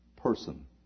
person